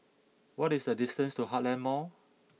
what is the distance to Heartland Mall